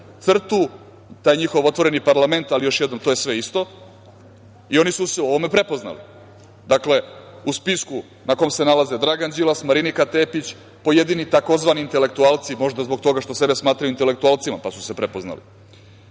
CRTU, taj njihov otvoreni parlament, ali još jednom, to je sve isto i oni su se u ovom prepoznali. Dakle, u spisku na kom se nalaze Dragan Đilas, Marinika Tepić, pojedini tzv. "intelektualci" možda zbog toga što sebe smatraju intelektualcima pa su se prepoznali,